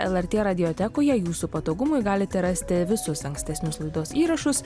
lrt radiotekoje jūsų patogumui galite rasti visus ankstesnius laidos įrašus